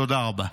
תודה רבה.